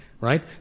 right